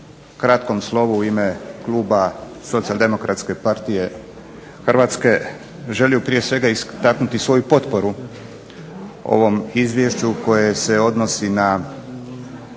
kratkom slovu u ime kluba SDP-a Hrvatske želim prije svega istaknuti potporu ovom izvješću koje se odnosi na